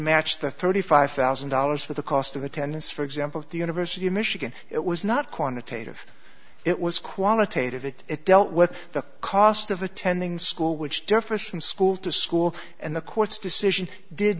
match the thirty five thousand dollars for the cost of attendance for example at the university of michigan it was not quantitative it was qualitative that it dealt with the cost of attending school which differs from school to school and the court's decision did